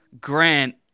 Grant